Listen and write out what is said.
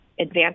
advance